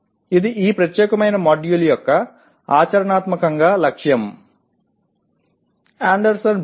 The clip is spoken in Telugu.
ఇది ఈ ప్రత్యేకమైన మాడ్యూల్ యొక్క ఆచరణాత్మకంగా లక్ష్యం